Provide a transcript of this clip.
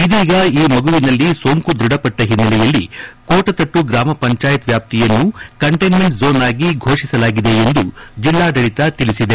ಇದೀಗ ಈ ಮಗುವಿನಲ್ಲಿ ಸೋಂಕು ದೃಢಪಟ್ಟ ಹಿನ್ನೆಲೆಯಲ್ಲಿ ಕೋಟತಟ್ಟು ಗ್ರಾಮ ಪಂಚಾಯತ್ ವ್ಯಾಪ್ತಿಯನ್ನು ಕಂಟೈನ್ಮೆಂಟ್ ಝೋನ್ ಆಗಿ ಘೋಷಿಸಲಾಗಿದೆ ಎಂದು ಜಿಲ್ಲಾಡಳಿತ ತಿಳಿಸಿದೆ